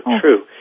true